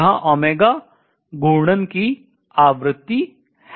जहाँ घूर्णन की आवृत्ति है